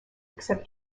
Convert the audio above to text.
except